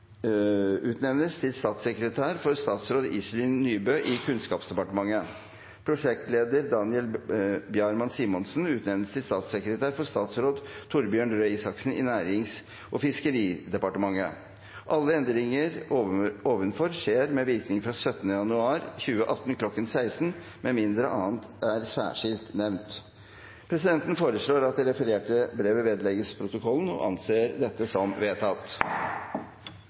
utnevnes til statssekretær for statsråd Iselin Nybø i Kunnskapsdepartementet. Prosjektleder Daniel Bjarmann-Simonsen utnevnes til statssekretær for statsråd Torbjørn Røe Isaksen i Nærings- og fiskeridepartementet. Alle endringene ovenfor skjer med virkning fra 17. januar 2018 kl. 1600, med mindre annet er særskilt nevnt.» Presidenten foreslår at det refererte brevet vedlegges protokollen. – Det anses vedtatt.